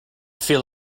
feel